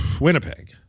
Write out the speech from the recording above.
Winnipeg